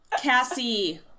cassie